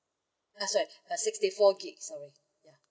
ah sorry uh sixty four gigs sorry ya